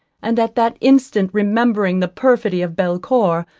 and at that instant remembering the perfidy of belcour,